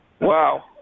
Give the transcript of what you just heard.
Wow